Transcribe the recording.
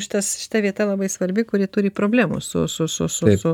šitas šita vieta labai svarbi kurie turi problemų su su su su